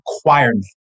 requirement